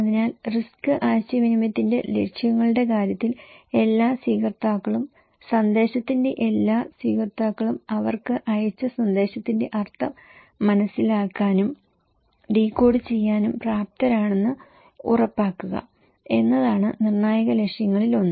അതിനാൽ റിസ്ക് ആശയവിനിമയത്തിന്റെ ലക്ഷ്യങ്ങളുടെ കാര്യത്തിൽ എല്ലാ സ്വീകർത്താക്കളും സന്ദേശത്തിന്റെ എല്ലാ സ്വീകർത്താക്കളും അവർക്ക് അയച്ച സന്ദേശത്തിന്റെ അർത്ഥം മനസ്സിലാക്കാനും ഡീകോഡ് ചെയ്യാനും പ്രാപ്തരാണെന്ന് ഉറപ്പാക്കുക എന്നതാണ് നിർണായക ലക്ഷ്യങ്ങളിലൊന്ന്